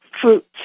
fruits